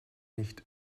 nicht